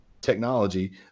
technology